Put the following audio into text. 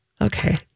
Okay